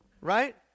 right